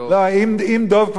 אם דב כבר לא יודע,